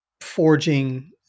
forging